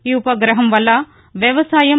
ఈ ఉపగ్రహం వల్ల వ్యవసాయం